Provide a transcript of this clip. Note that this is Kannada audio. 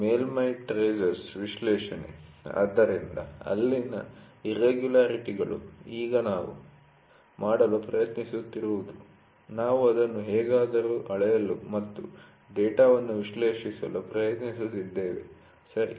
ಮೇಲ್ಮೈ ಟ್ರೇಸಸ್ ವಿಶ್ಲೇಷಣೆ ಆದ್ದರಿಂದ ಅಲ್ಲಿನ ಇರ್ರೆಗುಲರಿಟಿ'ಗಳು ಈಗ ನಾವು ಮಾಡಲು ಪ್ರಯತ್ನಿಸುತ್ತಿರುವುದು ನಾವು ಅದನ್ನು ಹೇಗಾದರೂ ಅಳೆಯಲು ಮತ್ತು ಡೇಟಾವನ್ನು ವಿಶ್ಲೇಷಿಸಲು ಪ್ರಯತ್ನಿಸುತ್ತಿದ್ದೇವೆ ಸರಿ